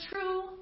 true